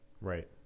Right